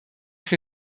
się